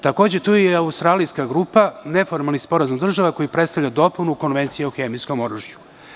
Takođe, tu je i australijska grupa, neformalni sporazum država koji predstavlja dopunu Konvencije o hemijskom oružju.